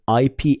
ip